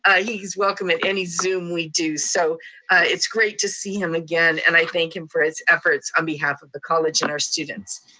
he's welcome at any zoom we do. so it's great to see him again and i thank him for his efforts on behalf of the college and our students.